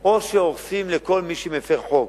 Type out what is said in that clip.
או שהורסים לכל מי שמפר חוק.